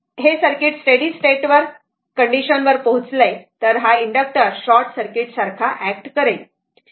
तर आणि जर आणि हे सर्किट स्टेडी स्टेट कंडिशन वर पोहोचला तर हा इंडक्टर शॉर्टसर्किट सारखा ऍक्ट करेल बरोबर